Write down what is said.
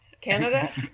Canada